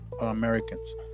Americans